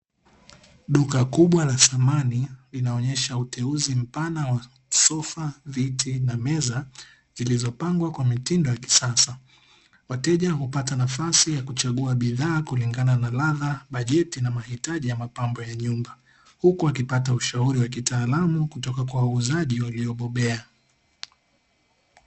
Duka kubwa la thamani linaonyesha uteuzi mpana sofa, viti na meza zilizopangwa kwa mitindo ya kisasa, wateja hupata nafasi ya kuchagua bidhaa kulingana na ladha bajeti na mahitaji ya mapambo ya nyumba huku akipata ushauri wa kitaalamu kutoka kwa wauzaji waliobobea.